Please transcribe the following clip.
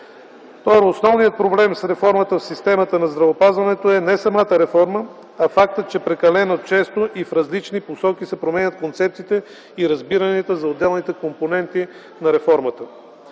2. Основният проблем с реформата в системата на здравеопазването е не самата реформа, а фактът, че прекалено често и в различни посоки се променят концепциите и разбиранията за отделните компоненти на реформата.